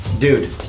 Dude